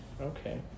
Okay